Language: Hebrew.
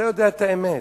אתה יודע את האמת.